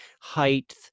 height